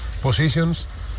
positions